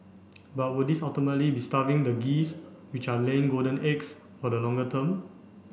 but would this ultimately be starving the geese which are laying golden eggs for the longer term